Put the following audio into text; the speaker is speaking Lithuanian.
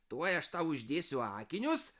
tuoj aš tau uždėsiu akinius